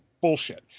bullshit